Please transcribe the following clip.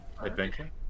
adventure